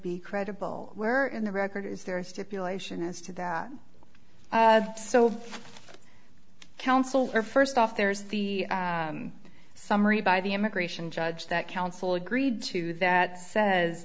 be credible where in the record is there a stipulation as to that so counselor first off there's the summary by the immigration judge that counsel agreed to that says